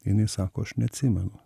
jinai sako aš neatsimenu